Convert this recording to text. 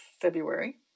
February